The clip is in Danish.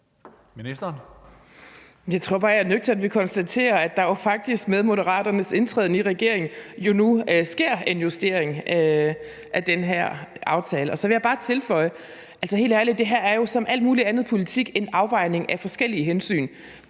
Jeg tror bare, jeg er nødt til at konstatere, at der jo faktisk med Moderaternes indtræden i regeringen nu sker en justering af den her aftale. Og så vil jeg bare tilføje, at det her jo helt ærligt er som alt muligt andet i politik, nemlig en afvejning af forskellige hensyn.